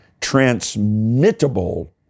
transmittable